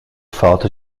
falta